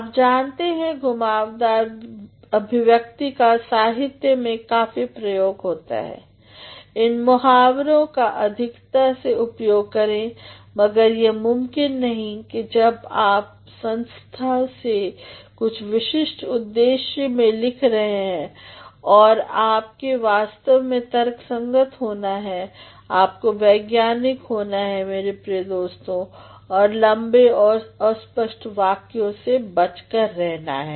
आप जानते हैं घुमावदार अभिव्यक्ति का साहित्य में काफी प्रयोग होता है इन मुहावरों का अधिकता से उपयोग करें मगर यह मुमकिन नहीं कि जब आप संस्था में कुछ विशिष्ट उद्देश्य से लिख रहे हैं आपको वास्तव में तर्कसंगत होना होता है आपको वैज्ञानिक होना होता है मेरे प्रिय दोस्तों और लम्बे और अस्पष्ट वाक्यों से बच कर रहना है